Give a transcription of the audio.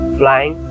flying